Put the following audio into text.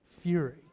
fury